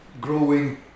growing